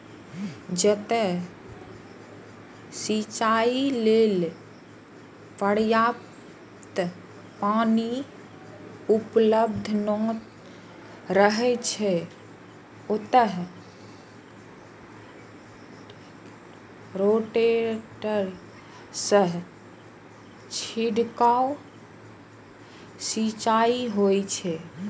जतय सिंचाइ लेल पर्याप्त पानि उपलब्ध नै रहै छै, ओतय रोटेटर सं छिड़काव सिंचाइ होइ छै